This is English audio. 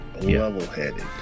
level-headed